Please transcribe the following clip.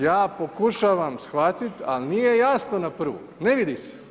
Ja pokušavam shvatiti ali nije jasno na prvu, ne vidi ste.